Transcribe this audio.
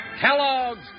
Kellogg's